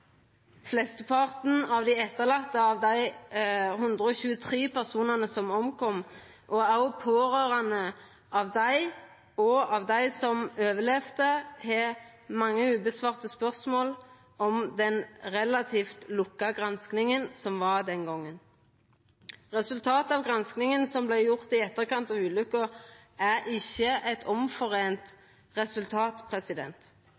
etterlatne etter dei 123 personane som omkom, og òg pårørande av dei og av dei som overlevde, har mange spørsmål som dei ikkje har fått svar på, om den relativt lukka granskinga som var den gongen. Resultatet av granskinga som vart gjord i etterkant av ulykka, er ikkje eit